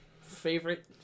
Favorite